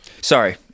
Sorry